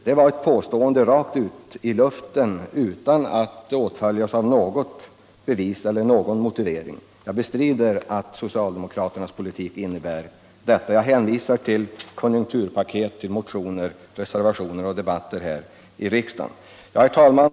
Det var ett påstående rakt ut i luften utan något bevis eller någon motivering. Jag bestrider att socialdemokraternas politik innebär detta i fråga om småföretagen. Jag hänvisar till konjunkturpaket, motioner, reservationer och debatter här i riksdagen. Herr talman!